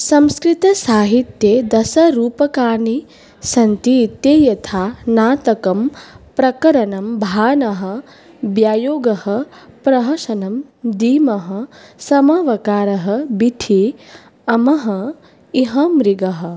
संस्कृतसाहित्ये दशरूपकाणि सन्तीति यथा नाटकं प्रकरणं भाणः व्यायोगः प्रहसनं डिमः समवकारः वीथिः अङ्कः ईहामृगः